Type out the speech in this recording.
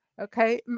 okay